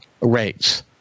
rates